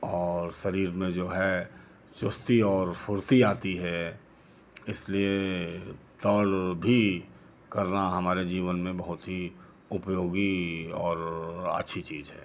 और शरीर में जो है चुस्ती और फ़ुर्ती आती है इसलिए दौड़ भी करना हमारे जीवन में बहुत ही उपयोगी और अच्छी चीज है